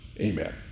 Amen